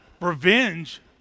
revenge